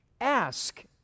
ask